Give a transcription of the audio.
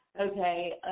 Okay